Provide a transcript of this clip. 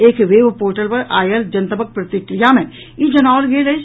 एक web portal पर आयल जनतबक प्रतिक्रिया मे ई जनाओल गेल अछि